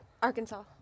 Arkansas